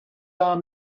our